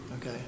Okay